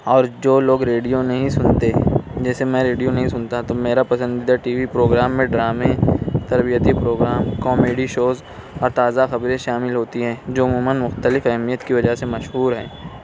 اور جو لوگ ریڈیو نہیں سنتے جیسے میں ریڈیو نہیں سنتا تو میرا پسندیدہ ٹی وی پروگرام میں ڈرامے تربیتی پروگرام کامیڈی شوز اور تازہ خبریں شامل ہوتی ہیں جو عموماً مختلف اہمیت کی وجہ سے مشہور ہیں